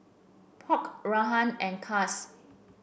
polk Orah and Cas